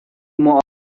معادلات